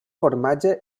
formatge